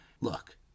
Look